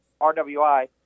RWI